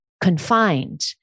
confined